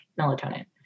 melatonin